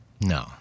No